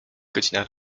godzina